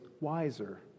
wiser